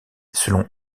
selon